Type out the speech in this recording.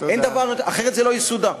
אחרת זה לא יסודר.